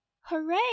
Hooray